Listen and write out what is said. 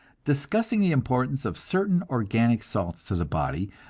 discussing the importance of certain organic salts to the body,